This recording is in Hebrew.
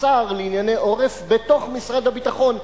שר לענייני עורף בתוך משרד הביטחון,